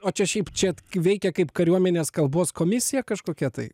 o čia šiaip čia veikia kaip kariuomenės kalbos komisija kažkokia tai